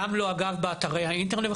גם לא באתרי האינטרנט.